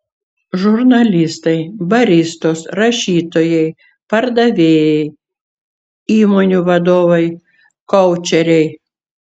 žurnalistai baristos rašytojai pardavėjai įmonių vadovai koučeriai